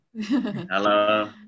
Hello